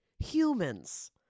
Humans